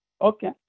Okay